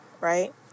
right